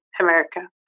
America